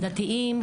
דתיים,